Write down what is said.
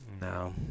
No